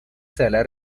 sala